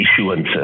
issuances